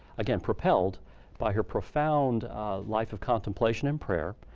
again, propelled by her profound life of contemplation and prayer.